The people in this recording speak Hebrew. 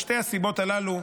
משתי הסיבות הללו,